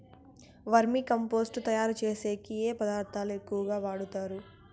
వర్మి compost తయారుచేసేకి ఏ పదార్థాలు ఎక్కువగా వాడుతారు